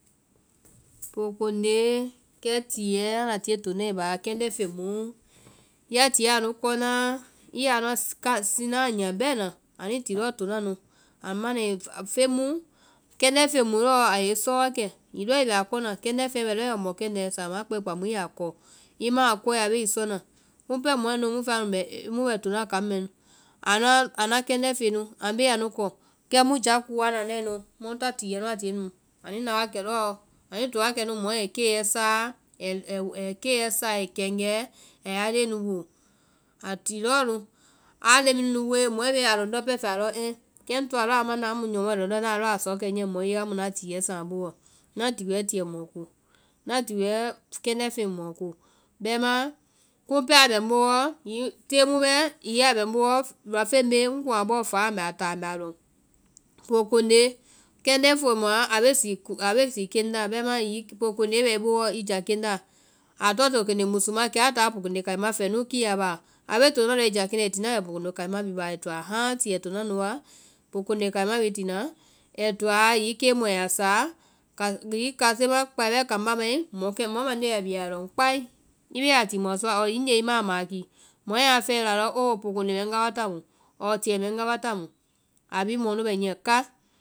pookondee kɛ tiɛɛ anda tie tona i baa kɛndɛ́ feŋ múu, ya tie anu kɔ naa i ya nuã sinaa nyia bɛna, ani ti lɔɔ tona nu, anu ma na i feŋ muu, kɛndɛ́ feŋ mu lɔɔ a yɛ i sɔ wa kɛ, hiŋi lɔɔ i bɛ a kɔna, kɛndɛ́ feŋɛ bɛ lɔɔ yɔ mɔ kɛndɛ́, samaã a kpɛe i ya kɔ. i ma a kɔe a bee i sɔna. kumu pɛɛ mɔɛ nu mu fɛa nu bɛ, mu bɛ mu bɛ tona kaŋ mɛɛ, anuã, anuã kɛndɛ́ feŋɛ nu anu bee anu kɔ, kɛ mu ja kuwɔ anda nae nu, mu ta tiɛɛ nu a tie nu, anu na wa kɛ lɔɔ, anuĩ to wa kɛ mɔɛ i keiɛ saa, ɛi ɛi kɛŋgɛɛ a ya leŋɛ woo. ai ti lɔɔ nu, aa leŋɛ nu woe mɔɛ bee a lɔndɔ́ pɛɛ a lɔ ɛɛh. Kɛ ŋtoa lɔɔ a mana amu ŋ nyɔmɔɛ lɔndɔ na sɔkɛ niɛ mɔ ye amu na tiɛɛ saŋ a boo wɔ. na ti wɛɛ tiɛ mɔɔ ko, na ti wɛɛ kɛndɛ́ feŋ mɔɔ ko. Bɛimaã kumu bɛɛ a bɛ ŋ boo wɔ, hiŋi tée bɛɛ hiŋi a bɛ ŋ boo wɔ, luafeŋ bee ŋ kuŋ a bɔɔ faa mbɛ a lɔŋ. Pookondee kéndɛ́ feŋ mua a bee sii keŋ na, bɛimaã hiŋi pookonde bɛ i boo wɔ i ja keŋ la, a tɔ́ŋ pookonde musu amu a taa a pookonde kaima fɛɛ núu kiya baɔ, abee to na lɔɔ i ja keŋ la. ai ti na wɛ pookonde kaima bii wa baa ai toa hãa ti, ai to na nu wa ai toa hiŋi kei ma a ya sa, hiŋi kase ma kpai bɛɛ kambá mai, mɔ mande ya bia a yaa lɔŋ kpai, i bee a timɔɔ sɔa, hiŋi gee i ma a maki, mɔɛ a fɛe loɔ a lɔ oo pookonde mɛ ŋga wa tamu ɔɔ tiɛ mɛɛ ŋga wa ta mu, a bee mɔɔ nu bɛ niɛ ká.